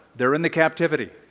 they're in the captivity.